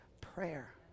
prayer